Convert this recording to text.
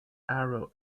arrow